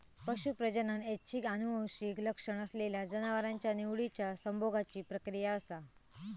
पशू प्रजनन ऐच्छिक आनुवंशिक लक्षण असलेल्या जनावरांच्या निवडिच्या संभोगाची प्रक्रिया असा